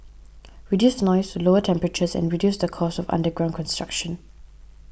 reduce noise lower temperatures and reduce the cost of underground construction